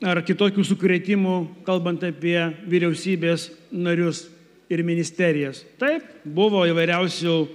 ar kitokių sukrėtimų kalbant apie vyriausybės narius ir ministerijas taip buvo įvairiausių